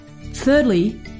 Thirdly